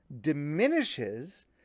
diminishes